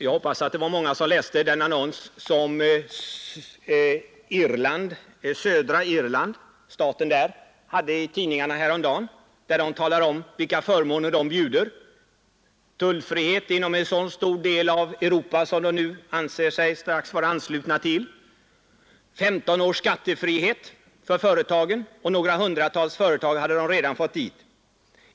Jag hoppas att många läste den annons som republiken Irland hade i tidningen häromdagen; i annonsen erbjöds förmåner i form av tullfrihet inom en så stor del av Europa som man nu strax anser sig vara ansluten till och 15 års skattefrihet för företagen. Några hundra företag hade redan flyttat dit.